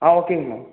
ஆ ஓகேங்க மேம்